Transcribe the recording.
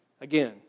Again